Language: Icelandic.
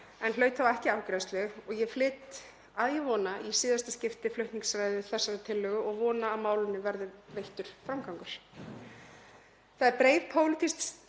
en hlaut þá ekki afgreiðslu. Ég flyt nú að ég vona í síðasta skipti flutningsræðu þessarar tillögu og vona að málinu verði veittur framgangur. Það er breið pólitísk samstaða